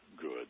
good